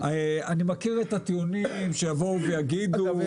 אני מכיר את הטיעונים שיגידו --- אגב,